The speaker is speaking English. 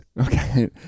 Okay